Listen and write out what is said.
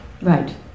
Right